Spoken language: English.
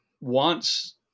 wants